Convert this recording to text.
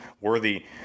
Worthy